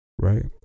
Right